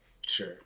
Sure